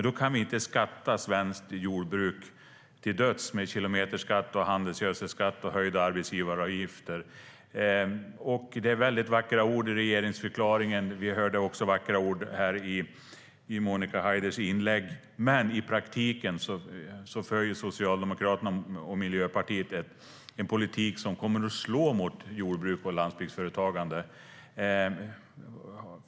Då kan vi inte beskatta svenskt jordbruk till döds med kilometerskatt, handelsgödselskatt och höjda arbetsgivaravgifter. Det var vackra ord i regeringsförklaringen. Vi hörde också vackra ord i Monica Haiders inlägg, men i praktiken följer Socialdemokraterna och Miljöpartiet en politik som kommer att slå mot jordbruk och landsbygdsföretagande.